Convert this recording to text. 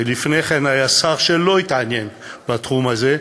ולפני כן היה שר שלא התעניין בתחום הזה,